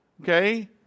Okay